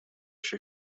się